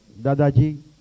Dadaji